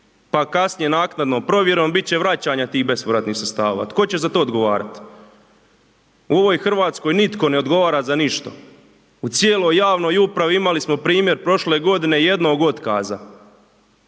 Pa kasnije naknadnom provjerom, bit će vraćanja tih bespovratnih sredstava, tko će za to odgovarati? U ovoj Hrvatskoj nitko ne odgovara za ništa. U cijeloj javnoj upravi, imali smo primjer prošle godine jednog otkaza.